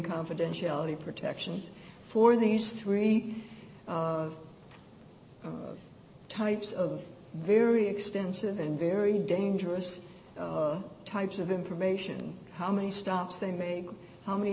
confidentiality protections for these three types of very extensive and very dangerous types of information how many stops they make how many